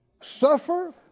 Suffer